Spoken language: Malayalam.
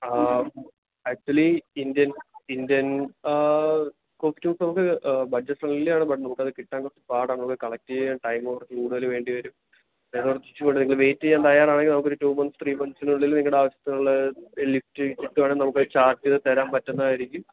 ആ ആക്ച്വലി ഇൻഡ്യൻ ഇൻഡ്യൻ കോസ്റ്റുംസ് നമുക്ക് ബഡ്ജറ്റ് ഫ്രണ്ട്ലി ആണ് ബട്ട് നമുക്ക് അത് കിട്ടാൻ കുറച്ച് പാടാണ് നമുക്ക് കളക്ട് ചെയ്യാൻ ടൈമ് കുറച്ച് കൂടുതൽ വേണ്ടി വരും കുറച്ചുകൂടെ നിങ്ങൾ വെയിറ്റ് ചെയ്യാൻ തയ്യാറാണെങ്കിൽ നമുക്കൊരു ടു മന്ത്സ് ത്രീ മന്ത്സിനുള്ളിൽ നിങ്ങളുടെ ആവശ്യത്തിനുള്ള ലിസ്റ്റ് കിട്ടുവാണെ നമുക്ക് അത് ചാർട്ട് ചെയ്ത് തരാൻ പറ്റുന്നതായിരിക്കും